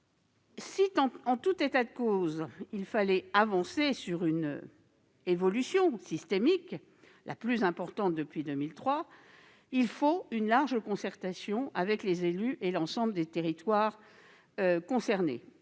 Si, en tout état de cause, il fallait avancer vers une évolution systémique, la plus importante depuis 2003, il convient de mettre en place une large concertation avec les élus et l'ensemble des territoires concernés.